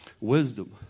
wisdom